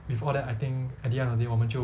with all that I think at the end of the day 我们就